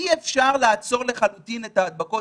שאי אפשר לעצור לחלוטין את ההדבקות.